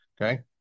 okay